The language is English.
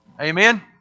Amen